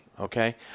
okay